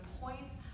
points